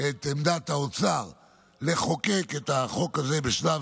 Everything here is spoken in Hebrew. את עמדת האוצר לחוקק את החוק הזה בשלב